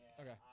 Okay